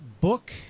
book